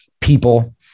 people